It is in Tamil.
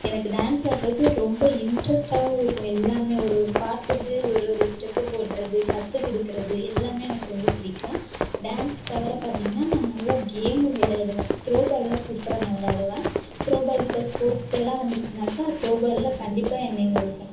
எனக்கு டான்ஸ் ஆடுவது ரொம்ப இன்ட்ரஸ்ட்டாகவும் இருக்கும் எல்லாமே ஒரு ஒரு பாட்டுக்கு ஒரு ஒரு ஸ்டெப்பு போடுவது கற்று கொடுக்கறது எல்லாமே எனக்கு ரொம்ப பிடிக்கும் டான்ஸ் தவிர பார்த்திங்னா நான் நல்லா கேமும் விளையாடுவேன் த்ரோ பாலெலாம் சூப்பராக நான் விளாடுவேன் த்ரோ பால் இப்போ ஸ்போர்ட்ஸ் டேயெலாம் வந்துடுச்சுனாக்கா த்ரோ பாலில் கண்டிப்பாக என் நேம் இருக்கும்